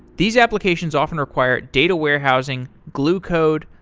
these applications often require data warehousing, glue code,